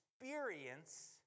experience